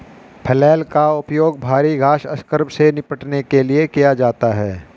flail का उपयोग भारी घास स्क्रब से निपटने के लिए किया जाता है